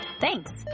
Thanks